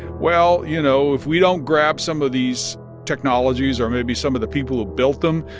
well, you know, if we don't grab some of these technologies or maybe some of the people who built them,